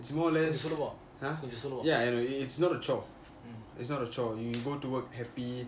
it's more or less !huh! ya it's not a chore you go to work happy